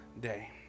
day